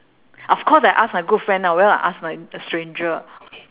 of course I ask my good friend ah why will I ask like a stranger